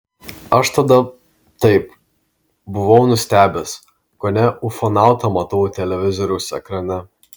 aš tada taip buvau nustebęs kone ufonautą matau televizoriaus ekrane